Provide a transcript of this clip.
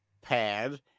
pad